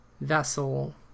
vessel